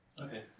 Okay